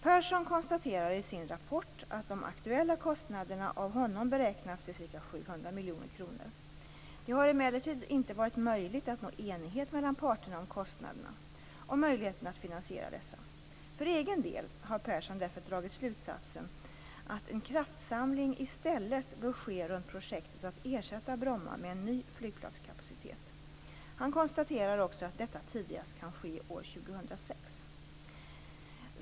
Persson konstaterar i sin rapport att de aktuella kostnaderna av honom beräknas till ca 700 miljoner kronor. Det har emellertid inte varit möjligt att nå enighet mellan parterna om kostnaderna och möjligheterna att finansiera dessa. För egen del har Persson därför dragit slutsatsen att en kraftsamling i stället bör ske runt projektet att ersätta Bromma med en ny flygplatskapacitet. Han konstaterar också att detta tidigast kan ske år 2006.